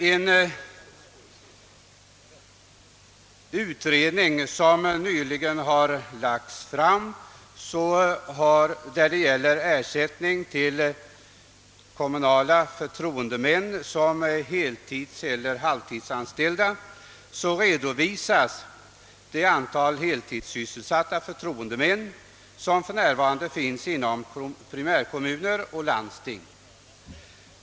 "I en utredning som nyligen har lagts fram beträffande ersättning till kommunala förtroendemän som är heltidseller "halvtidsanställda redovisas det antal heltidssysselsatta — förtroendemän som för närvarande finns inom primärkommuner och landsting.